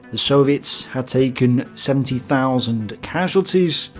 the soviets had taken seventy thousand casualties,